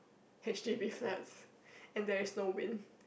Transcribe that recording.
H_D_B flats and there is no wind